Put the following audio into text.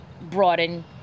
broaden